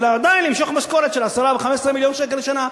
ועדיין למשוך משכורת של 10 ו-15 מיליון שקל לשנה.